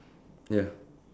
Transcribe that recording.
ya